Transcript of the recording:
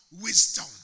wisdom